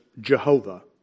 Jehovah